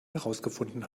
herausgefunden